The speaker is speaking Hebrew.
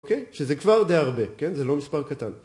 אוקיי? שזה כבר די הרבה, כן? זה לא מספר קטן.